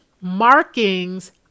markings